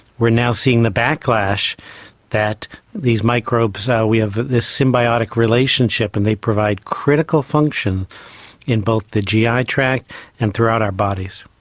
we are now seeing the backlash that these microbes, ah we have this symbiotic relationship and they provide critical function in both the gi tract and throughout our bodies.